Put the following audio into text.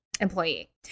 employee